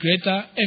greater